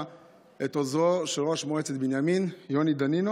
את עוזרו של ראש מועצת בנימין יוני דנינו